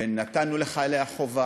נתנו לחיילי החובה,